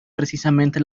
precisamente